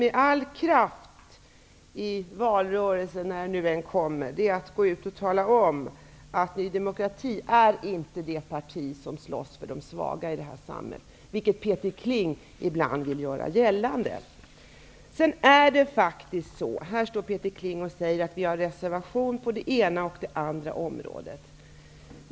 Men när nästa valrörelse kommer skall jag med all kraft tala om att Ny demokrati inte är det parti som slåss för de svaga här i samhället -- vilket Peter Kling ibland gör gällande. Peter Kling deklarerade att Ny demokrati har reservationer på det ena och det andra området.